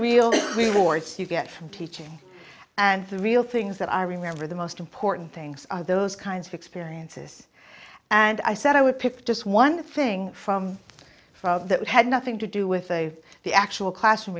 rewards you get from teaching and the real things that i remember the most important things are those kinds of experiences and i said i would pick just one thing from from that had nothing to do with the the actual classroom